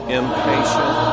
impatient